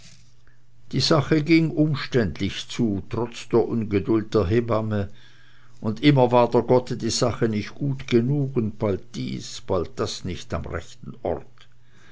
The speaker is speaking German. die sache ging umständlich zu trotz der ungeduld der hebamme und immer war der gotte die sache nicht gut genug und bald dies bald das nicht am rechten ort